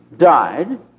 Died